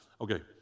Okay